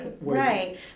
right